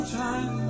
time